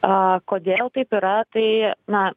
o kodėl taip yra tai na